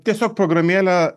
tiesiog programėlė